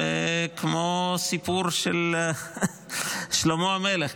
וכמו הסיפור של שלמה המלך,